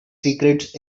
secrets